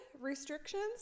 restrictions